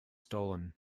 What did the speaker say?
stolen